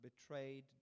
betrayed